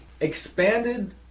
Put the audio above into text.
Expanded